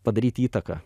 padaryti įtaką